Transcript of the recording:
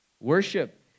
Worship